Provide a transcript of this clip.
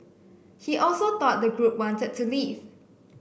he also thought the group wanted to leave